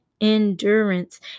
endurance